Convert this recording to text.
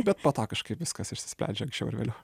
bet po to kažkaip viskas išsisprendžia anksčiau ar vėliau